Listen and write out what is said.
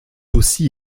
aussi